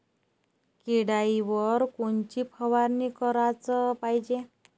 किड्याइवर कोनची फवारनी कराच पायजे?